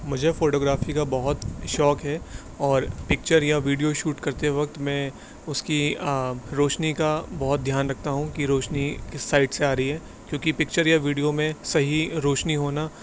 مجھے فوٹوگرافی کا بہت شوق ہے اور پکچر یا ویڈیو شوٹ کرتے وقت میں اس کی روشنی کا بہت دھیان رکھتا ہوں کہ روشنی کس سائڈ سے آ رہی ہے کیونکہ پکچر یا ویڈیو میں صحیح روشنی ہونا